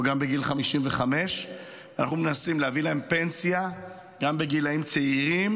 וגם בגיל 55. אנחנו מנסים להביא להם פנסיה גם בגילים צעירים,